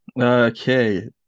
Okay